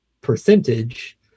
percentage